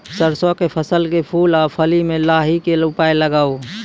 सरसों के फसल के फूल आ फली मे लाहीक के उपाय बताऊ?